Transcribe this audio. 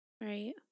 Right